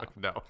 no